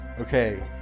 Okay